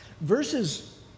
Verses